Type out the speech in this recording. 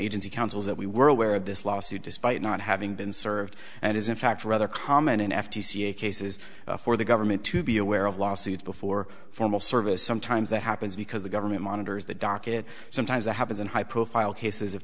agency councils that we were aware of this lawsuit despite not having been served and is in fact rather common in f t c a cases for the government to be aware of lawsuits before formal service sometimes that happens because the government monitors the docket sometimes it happens in high profile cases if